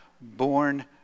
born